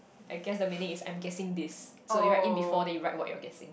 I guess the meaning is I'm guessing this so you write in B four then you write what you're guessing